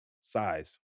Size